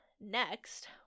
next